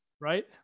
Right